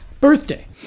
birthday